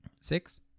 six